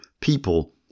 people